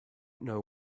know